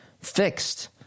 fixed